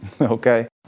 okay